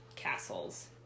Castles